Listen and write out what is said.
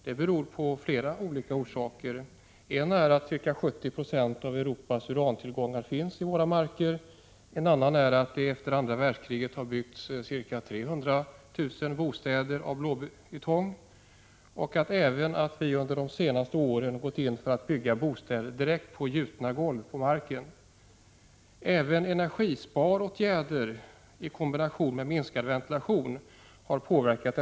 Det beror på flera olika orsaker. En är att ca 70 26 av Europas urantillgångar finns i våra marker, en annan är att det efter andra världskriget har byggts ca 300 000 bostäder av blå ytong och att vi under de senaste åren gått in för att bygga bostäder direkt på gjutna golv på marken. Även energisparåtgärder i kombination med minskad ventilation har påverkat.